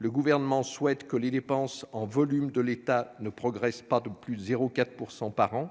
Le Gouvernement souhaite que les dépenses en volume de l'État ne progressent pas de plus de 0,4 % par an.